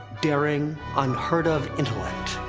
daring, unheard of intellect.